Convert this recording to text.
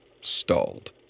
stalled